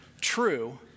true